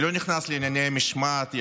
אני לא נכנס לענייני משמעת,